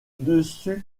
dessus